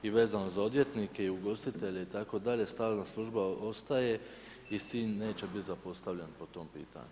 I vezano za odvjetnike i ugostitelje itd., stalna služba ostaje i Sinj neće biti zapostavljen po tom pitanju.